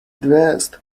dressed